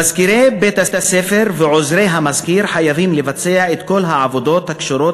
מזכירי בית-הספר ועוזרי המזכיר חייבים לבצע את כל העבודות הקשורות